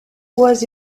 was